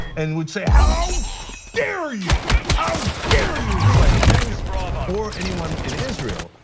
and would say, how dare you. how dare you insult jews or anyone in israel.